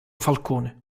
falcone